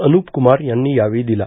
अनूप कुमार यांनी यावेळी दिला